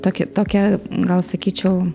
tokį tokią gal sakyčiau